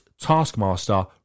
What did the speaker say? Taskmaster